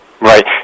Right